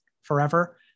forever